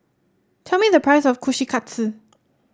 tell me the price of Kushikatsu